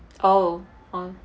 oh